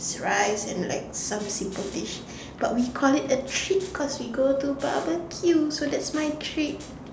rice and like some simple dish but we call it a treat because we go to barbecue so that's my treat